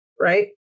right